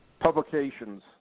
publications